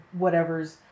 whatevers